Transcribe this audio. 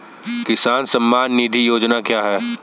किसान सम्मान निधि योजना क्या है?